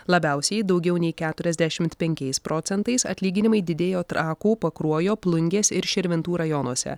labiausiai daugiau nei keturiasdešimt penkiais procentais atlyginimai didėjo trakų pakruojo plungės ir širvintų rajonuose